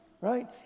right